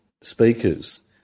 speakers